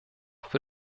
für